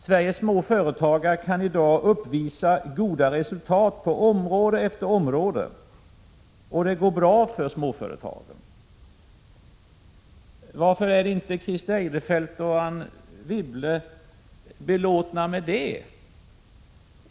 Sveriges småföretagare kan i dag uppvisa goda resultat på område efter område, och det går bra för småföretagen. Varför är inte Christer Eirefelt och Anne Wibble belåtna med det?